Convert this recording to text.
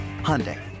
Hyundai